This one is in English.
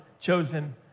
chosen